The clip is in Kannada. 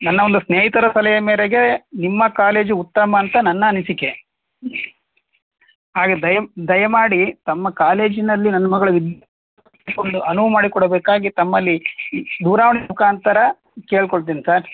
ನನ್ನ ಒಂದು ಸ್ನೇಹಿತರ ಸಲಹೆ ಮೇರೆಗೆ ನಿಮ್ಮ ಕಾಲೇಜು ಉತ್ತಮ ಅಂತ ನನ್ನ ಅನಿಸಿಕೆ ಹಾಗೆ ದಯ ದಯಮಾಡಿ ತಮ್ಮ ಕಾಲೇಜಿನಲ್ಲಿ ನನ್ನ ಮಗಳು ವಿದ್ ಅನುವು ಮಾಡಿಕೊಡಬೇಕಾಗಿ ತಮ್ಮಲ್ಲಿ ದೂರವಾಣಿ ಮುಖಾಂತರ ಕೇಳ್ಕೊಳ್ತೇನೆ ಸರ್